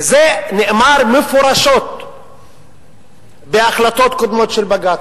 וזה נאמר מפורשות בהחלטות קודמות של בג"ץ.